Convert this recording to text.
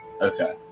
Okay